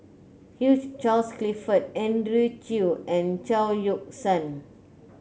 Hugh Charles Clifford Andrew Chew and Chao Yoke San